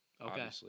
Okay